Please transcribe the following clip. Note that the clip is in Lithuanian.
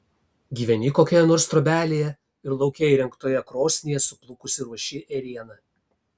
gyveni kokioje nors trobelėje ir lauke įrengtoje krosnyje suplukusi ruoši ėrieną